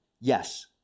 yes